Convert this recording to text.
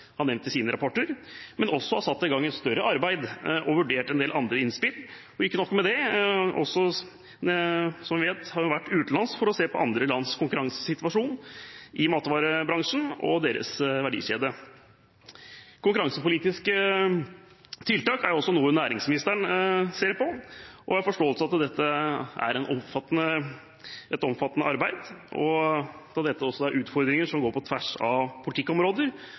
sine rapporter, og også har satt i gang et større arbeid og vurdert en del andre innspill. Ikke nok med det: Som vi vet, har man også vært utenlands for å se på andre lands konkurransesituasjon i matvarebransjen – og dens verdikjede. Konkurransepolitiske tiltak er også noe næringsministeren ser på, og jeg har forståelse for at dette er et omfattende arbeid. Dette er utfordringer som går på tvers av politikkområder